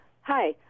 Hi